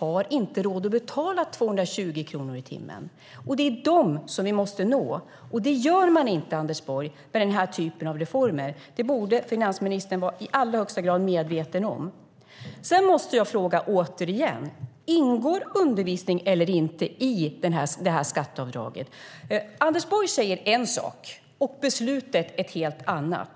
har inte råd att betala 220 kronor i timmen. De är dem som vi måste nå, och det gör man inte med den här typen av reformer, Anders Borg. Det borde finansministern vara i allra högsta grad medveten om. Sedan måste jag återigen fråga: Ingår undervisning eller inte i det här skatteavdraget? Anders Borg säger en sak, och beslutet en helt annan.